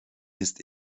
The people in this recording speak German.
ist